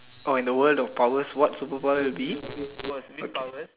oh in the world of powers what superpowers will be